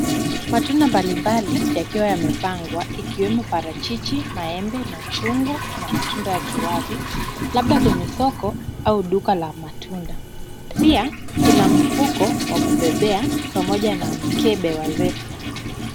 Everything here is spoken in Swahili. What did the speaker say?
Matunda mbali mbali yakiwa yamepangwa ikiwemo parachichi, maembe, machungwa na matunda ya kiwave labda kwenye soko au duka la matunda. Pia kuna mfuko wa kubebea pamoja na mkebe wa zesta.